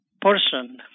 person